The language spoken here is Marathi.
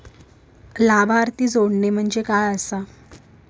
लाभार्थी जोडणे म्हणजे काय आसा?